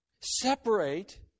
separate